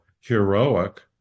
heroic